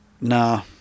Nah